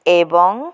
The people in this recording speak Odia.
ଏବଂ